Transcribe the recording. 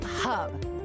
hub